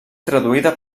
traduïda